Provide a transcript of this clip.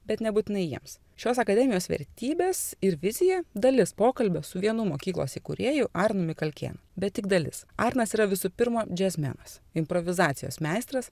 bet nebūtinai jiems šios akademijos vertybės ir viziją dalis pokalbio su vienu mokyklos įkūrėju arnu mikalkėnu bet tik dalis arnas yra visų pirma džiazmenas improvizacijos meistras